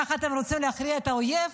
ככה אתם רוצים להכריע את האויב?